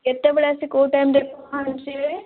କେତେବେଳେ ଆସି କେଉଁ ଟାଇମରେ ଆସି ପହଞ୍ଚିବେ